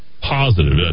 positive